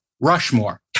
Rushmore